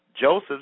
Joseph